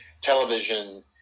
television